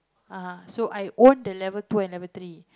[uh huh] so I own the level two and level three